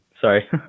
Sorry